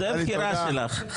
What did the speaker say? זו הבחירה שלך.